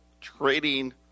Trading